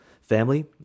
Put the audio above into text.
family